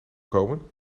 komen